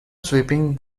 sweeping